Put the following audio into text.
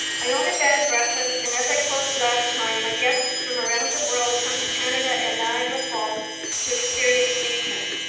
i own a bed-and-breakfast, and as i told you last time, my guests from around the world come to canada and niagara falls to experience nature.